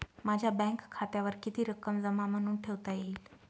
माझ्या बँक खात्यावर किती रक्कम जमा म्हणून ठेवता येईल?